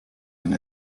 and